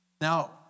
Now